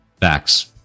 Facts